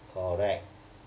correct